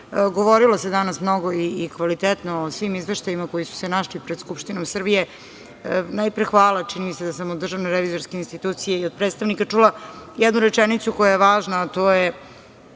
govorilo se danas mnogo i kvalitetno o svim izveštajima koji su se našli pred Skupštinom Srbije. Najpre, hvala, čini mi se da sam od DRI i od predstavnika, čula jednu rečenicu koja je važna, a to je